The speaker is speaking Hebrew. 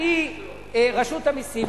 אני רשות המסים.